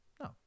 No